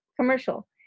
commercial